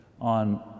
on